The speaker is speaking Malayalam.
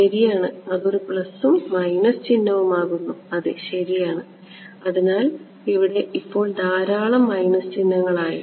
ശരിയാണ് അത് ഒരു പ്ലസും മൈനസ് ചിഹ്നവും ആകുന്നു അതെ ശരിയാണ് അതിനാൽ ഇവിടെ ഇപ്പോൾ ധാരാളം മൈനസ് ചിഹ്നങ്ങൾ ആയി